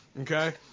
Okay